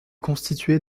constituée